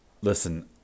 listen